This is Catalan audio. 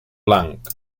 blanc